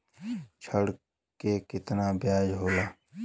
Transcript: ऋण के कितना ब्याज होला?